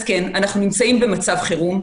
אז כן, אנחנו נמצאים במצב חירום.